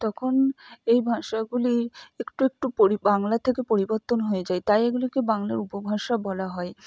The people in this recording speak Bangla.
তখন এই ভাষাগুলি একটু একটু পরি বাংলা থেকে পরিবর্তন হয়ে যায় তাই এগুলিকে বাংলার উপভাষা বলা হয়